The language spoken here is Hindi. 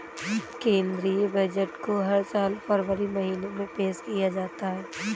केंद्रीय बजट को हर साल फरवरी महीने में पेश किया जाता है